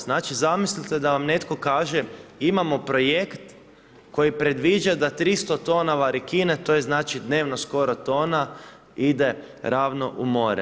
Znači zamislite da vam netko kaže imamo projekt koji predviđa da 300 tona varikine, to je znači dnevno skoro tona, ide ravno u more.